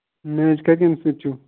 match کَتھ ٹیٖمہِ سۭتۍ چھُو